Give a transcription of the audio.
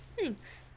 thanks